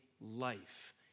life